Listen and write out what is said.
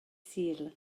sul